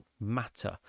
matter